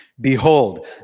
Behold